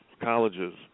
colleges